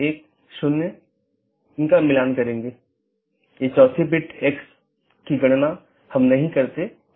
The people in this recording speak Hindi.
इसलिए सूचनाओं को ऑटॉनमस सिस्टमों के बीच आगे बढ़ाने का कोई रास्ता होना चाहिए और इसके लिए हम BGP को देखने की कोशिश करते हैं